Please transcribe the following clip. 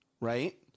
right